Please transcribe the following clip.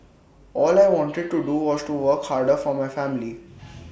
all I wanted to do was to work harder for my family